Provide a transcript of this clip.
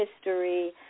history